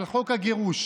על חוק הגירוש.